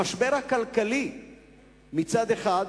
המשבר הכלכלי מצד אחד,